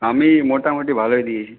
আমি মোটামুটি ভালোই দিয়েছি